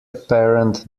apparent